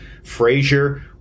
Frazier